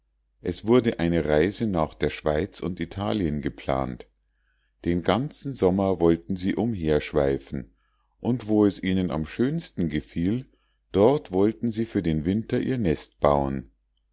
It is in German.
es wurde eine reise nach der schweiz und italien geplant den ganzen sommer wollten sie umherschweifen und wo es ihnen am schönsten gefiel dort wollten sie für den winter ihr nest bauen